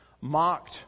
mocked